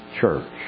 Church